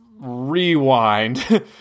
rewind